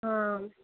हा